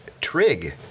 trig